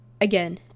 again